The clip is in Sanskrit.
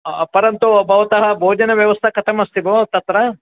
परन्तु भवतः भोजनव्यवस्था कथमस्ति भो तत्र